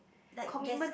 like there's